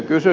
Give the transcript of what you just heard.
kysyn